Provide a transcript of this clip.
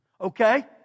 Okay